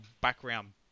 background